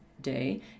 day